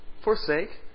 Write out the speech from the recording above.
forsake